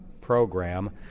Program